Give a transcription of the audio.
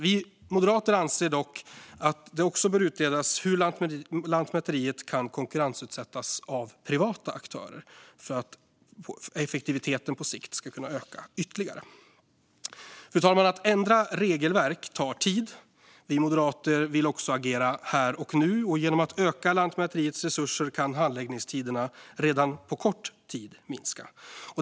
Vi moderater anser dock att det också bör utredas hur Lantmäteriet kan konkurrensutsättas av privata aktörer för att effektiviteten på sikt ska kunna öka ytterligare. Fru talman! Att ändra regelverk tar tid. Vi moderater vill också agera här och nu. Genom att öka Lantmäteriets resurser kan handläggningstiderna redan på kort tid minska.